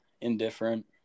indifferent